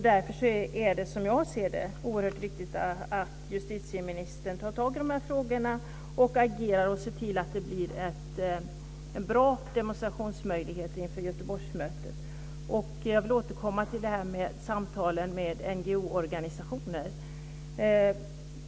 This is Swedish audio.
Därför är det, som jag ser det, oerhört viktigt att justitieministern tar tag i de här frågorna, agerar och ser till att det blir en bra demonstrationsmöjlighet inför Göteborgsmötet. Jag vill också återkomma till samtalen med NGO:er.